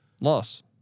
Loss